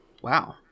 Wow